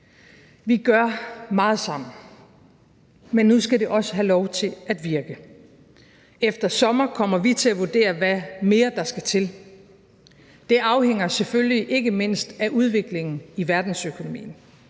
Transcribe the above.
Vi gør meget sammen, men nu skal det også have lov til at virke. Efter sommer kommer vi til at vurdere, hvad mere der skal til. Det afhænger selvfølgelig ikke mindst af udviklingen i verdensøkonomien.